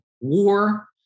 war